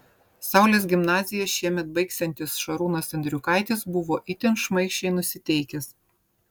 saulės gimnaziją šiemet baigsiantis šarūnas andriukaitis buvo itin šmaikščiai nusiteikęs